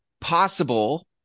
possible